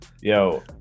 Yo